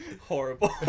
Horrible